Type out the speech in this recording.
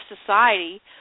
society